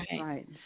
Right